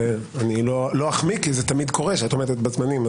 אני לא אחמיא כי זה תמיד קורה שאת עומדת בזמנים.